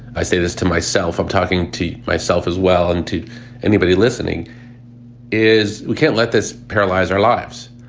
i say this to myself. i'm talking to myself as well. and to anybody listening is we can't let this paralyze our lives.